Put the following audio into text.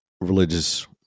religious